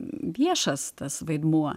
viešas tas vaidmuo